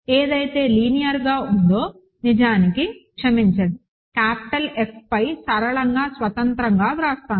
ఏదైతే లీనియర్గా ఉందో నిజానికి క్షమించండి క్యాపిటల్ F పై సరళంగా స్వతంత్రంగా వ్రాస్తాను